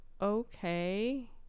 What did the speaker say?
Okay